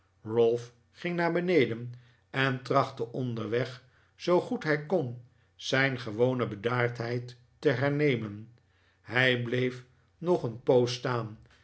ralph ging naar beneden en trachtte onderweg zoo goed hij kon zijn gewone bedaardheid te hernemen hij bleef nog een poos staan